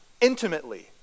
intimately